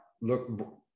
look